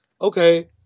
okay